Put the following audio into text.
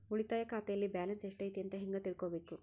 ಉಳಿತಾಯ ಖಾತೆಯಲ್ಲಿ ಬ್ಯಾಲೆನ್ಸ್ ಎಷ್ಟೈತಿ ಅಂತ ಹೆಂಗ ತಿಳ್ಕೊಬೇಕು?